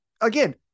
again